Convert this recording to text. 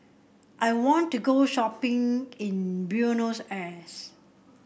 I want to go shopping in Buenos Aires